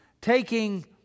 taking